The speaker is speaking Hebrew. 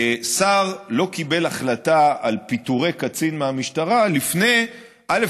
שר לא קיבל החלטה על פיטורי קצין מהמשטרה לפני, א.